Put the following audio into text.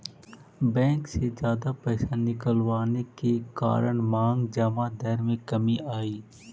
bank से जादा पैसे निकलवाने के कारण मांग जमा दर में कमी आई